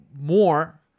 more